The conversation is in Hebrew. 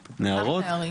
נערות,